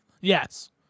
Yes